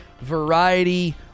variety